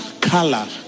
color